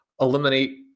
eliminate